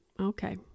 Okay